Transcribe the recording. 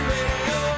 Radio